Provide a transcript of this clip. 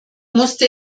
musste